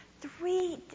three